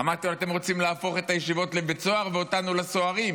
אמרתי לו: אתם רוצים להפוך את הישיבה לבית סוהר ואותנו לסוהרים,